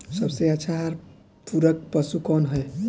सबसे अच्छा आहार पूरक पशु कौन ह?